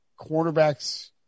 cornerbacks